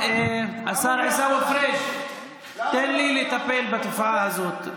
השר עיסאווי פריג', תן לי לטפל בתופעה הזאת.